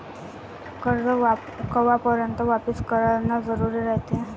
कर्ज कवापर्यंत वापिस करन जरुरी रायते?